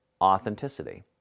authenticity